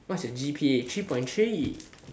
how much is g_p_a three point three